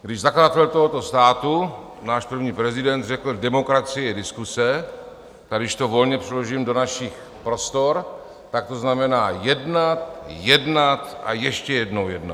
Když zakladatel tohoto státu, náš první prezident, řekl: Demokracie je diskuse, tak když to volně přeložím do našich prostor, tak to znamená: Jednat, jednat a ještě jednou jednat!